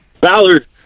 Ballard